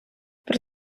про